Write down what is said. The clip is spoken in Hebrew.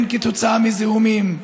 כן, כתוצאה מזיהומים.